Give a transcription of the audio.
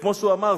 וכמו שהוא אמר,